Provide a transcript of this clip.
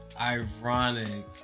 ironic